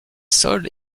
sols